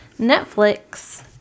Netflix